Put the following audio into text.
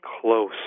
close